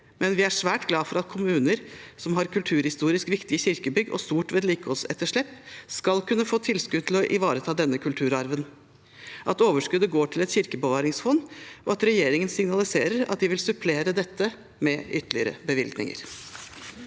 men vi er svært glade for at kommuner som har kulturhistorisk viktige kirkebygg og stort vedlikeholdsetterslep, skal kunne få tilskudd til å ivareta denne kulturarven, at overskuddet går til et kirkebevaringsfond, og at regjeringen signaliserer at de vil supplere dette med ytterligere bevilgninger.